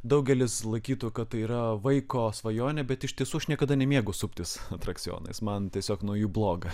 daugelis laikytų kad tai yra vaiko svajonė bet iš tiesų aš niekada nemėgau suptis atrakcionais man tiesiog nuo jų bloga